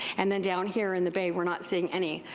and then down here in the bay weire not seeing any,